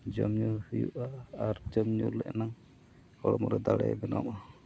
ᱡᱚᱢ ᱧᱩ ᱦᱩᱭᱩᱜᱼᱟ ᱟᱨ ᱡᱚᱢ ᱧᱩᱞᱮ ᱮᱱᱟᱝ ᱦᱚᱲᱢᱚᱨᱮ ᱫᱟᱲᱮ ᱵᱮᱱᱟᱜᱼᱟ